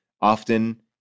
often